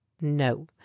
no